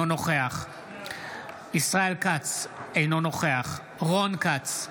אינו נוכח ישראל כץ, אינו נוכח רון כץ,